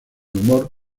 humor